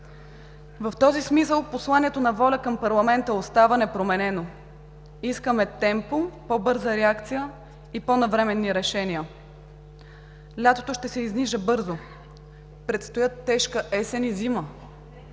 В този смисъл посланието на ВОЛЯ към парламента остава непроменено: искаме темпо, по-бърза реакция и по-навременни решения. Лятото ще се изниже бързо, предстоят тежка есен и зима.